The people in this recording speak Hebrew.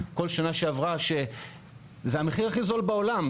זה המחיר הכי זול בעולם.